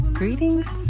Greetings